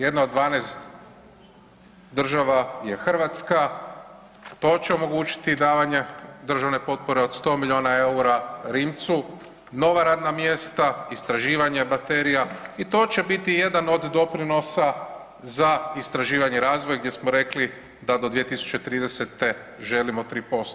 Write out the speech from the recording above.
Jedna od 12 država je Hrvatska, to će omogućiti davanje državne potpore od 100 miliona EUR-a Rimcu, nova radna mjesta, istraživanja baterija i to će biti jedan od doprinosa za istraživanje i razvoj gdje smo rekli da do 2030. želimo 3%